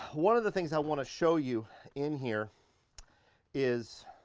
one of the things i wanna show you in here is,